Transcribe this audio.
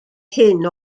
hyn